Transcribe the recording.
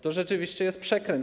To rzeczywiście jest przekręt.